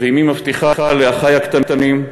/ ואמי מבטיחה לאחי הקטנים: